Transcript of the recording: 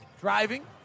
Driving